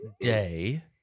day